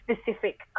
specific